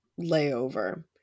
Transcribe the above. layover